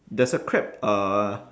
there's a crab uh